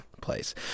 place